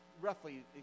roughly